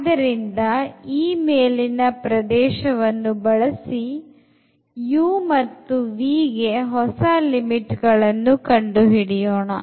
ಆದ್ದರಿಂದ ಈ ಮೇಲಿನ ಪ್ರದೇಶವನ್ನು ಬಳಸಿ u ಮತ್ತುv ಗೆ ಹೊಸ ಲಿಮಿಟ್ ಗಳನ್ನು ಕಂಡುಹಿಡಿಯೋಣ